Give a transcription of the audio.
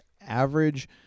average